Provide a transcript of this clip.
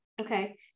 Okay